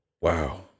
Wow